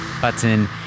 button